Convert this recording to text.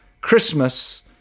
Christmas